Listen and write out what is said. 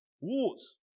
Wars